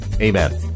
amen